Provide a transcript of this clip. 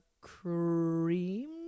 cream